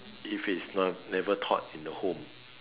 if it's nev~ never taught in a home